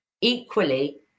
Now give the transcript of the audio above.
Equally